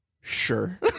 sure